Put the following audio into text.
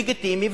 לגיטימי,